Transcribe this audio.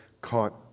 caught